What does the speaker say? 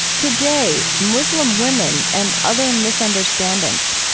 today, muslim women and other misunderstandings.